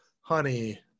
honey –